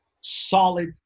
solid